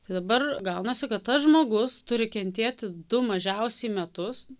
tai dabar gaunasi kad tas žmogus turi kentėti du mažiausiai metus